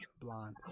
blonde